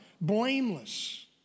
blameless